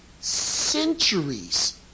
centuries